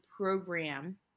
program